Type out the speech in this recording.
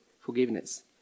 forgiveness